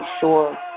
sure